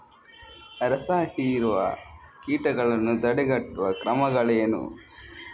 ರಸಹೀರುವ ಕೀಟಗಳನ್ನು ತಡೆಗಟ್ಟುವ ಕ್ರಮಗಳೇನು?